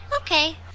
Okay